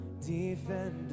Defender